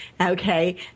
Okay